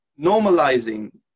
normalizing